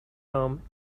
home